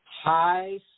High